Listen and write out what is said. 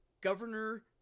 Governor